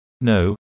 No